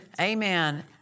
Amen